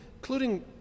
including